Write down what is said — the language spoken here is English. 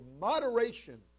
moderation